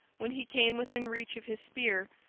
when he came within reach of his spear,